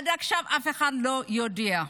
עד עכשיו אף אחד לא יודע.